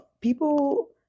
people